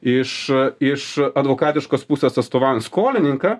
iš iš advokatiškos pusės atstovaujant skolininką